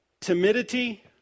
timidity